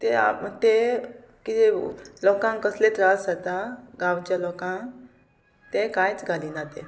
ते आप ते किदें लोकांक कसले त्रास जाता गांवच्या लोकांक ते कांयच घालिना ते